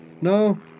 No